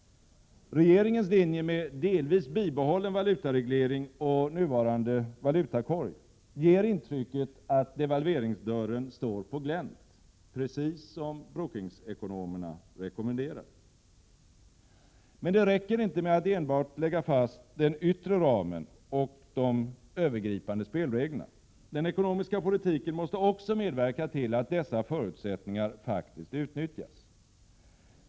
Regeringens linje, med delvis bibehållen valutareglering och nuvarande valutakorg, ger intrycket att devalveringsdörren står på glänt, precis som Brookings-ekonomerna rekommenderade. Men det räcker inte med att bara lägga fast den yttre ramen och de övergripande spelreglerna. Den ekonomiska politiken måste också medverka till att dessa förutsättningar faktiskt utnyttjas.